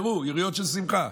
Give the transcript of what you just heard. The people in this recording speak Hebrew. ירו יריות של שמחה